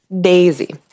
Daisy